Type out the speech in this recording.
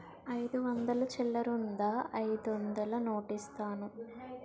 అయిదు వందలు చిల్లరుందా అయిదొందలు నోటిస్తాను?